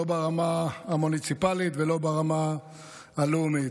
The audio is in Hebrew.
לא ברמה המוניציפלית ולא ברמה הלאומית.